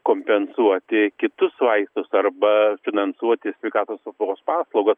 kompensuoti kitus vaistus arba finansuoti sveikatos apsaugos paslaugas